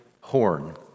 horn